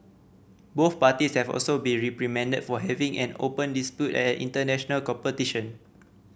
both parties have also been reprimanded for having an open dispute at an international competition